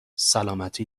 سلامتی